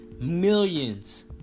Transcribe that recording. millions